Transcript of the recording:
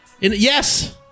Yes